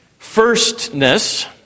firstness